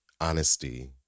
honesty